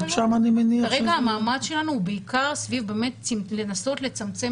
אבל שם אני מניח ש --- כרגע המאמץ שלנו הוא בעיקר לנסות לצמצם